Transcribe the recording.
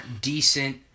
decent